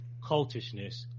cultishness